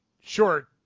sure